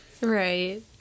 Right